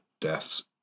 deaths